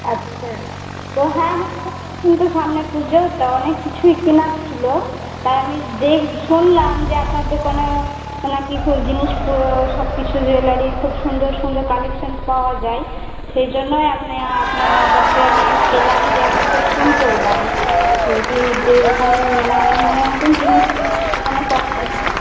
আচ্ছা তো হ্যাঁ এখন তো সামনে পুজো তা অনেক কিছুই কেনার ছিল তা আমি দেক শুনলাম যে আপনার দোকানে না কি জিনিস সব কিছু জুয়েলারি খুব সুন্দর সুন্দর কালেকশন পাওয়া যায় সেই জন্যই আপনা আপনার নাম্বারটা আমি পেলাম দিয়ে আপনাকে ফোন করলাম যে কি যে এইরকম মানে আম মনের মতন জিনিস তো আপনার দোকানে পাওয়া যাবে